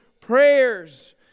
prayers